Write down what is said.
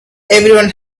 everyone